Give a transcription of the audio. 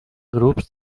grups